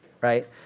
right